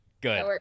Good